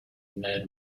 ned